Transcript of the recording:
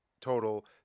total